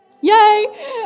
yay